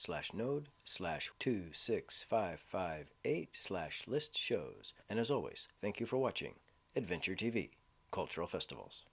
slash node slash two six five five eight slash list shows and as always thank you for watching adventure t v cultural festivals